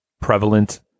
prevalent